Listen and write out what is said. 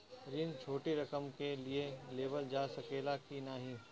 ऋण छोटी रकम के लिए लेवल जा सकेला की नाहीं?